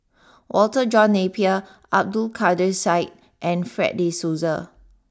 Walter John Napier Abdul Kadir Syed and Fred De Souza